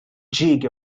jig